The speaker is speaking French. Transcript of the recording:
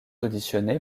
auditionné